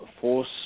force